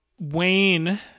Wayne